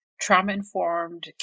trauma-informed